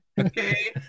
Okay